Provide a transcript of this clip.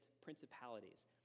principalities